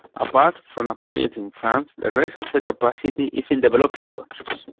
apart from operating in france, the rest of the capacity is in developing countries.